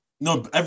No